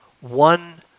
one